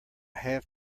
have